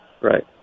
right